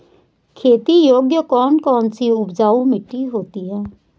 खेती योग्य कौन कौन सी उपजाऊ मिट्टी होती है?